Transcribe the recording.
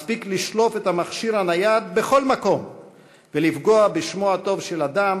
מספיק לשלוף את המכשיר הנייד בכל מקום ולפגוע בשמו הטוב של אדם